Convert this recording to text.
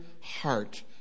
heart